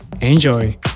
Enjoy